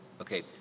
Okay